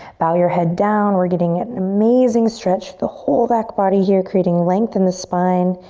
bow your head down we're getting an amazing stretch, the whole back body here creating length in the spine.